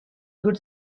good